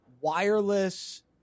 wireless